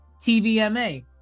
TVMA